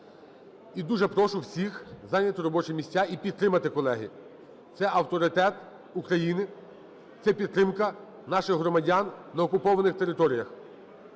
І дуже прошу всіх зайняти робочі місця і підтримати, колеги. Це авторитет України, це підтримка наших громадян на окупованих територіях.